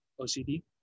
OCD